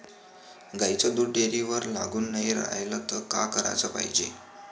गाईचं दूध डेअरीवर लागून नाई रायलं त का कराच पायजे?